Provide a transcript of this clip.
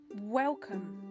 Welcome